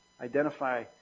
identify